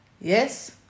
Yes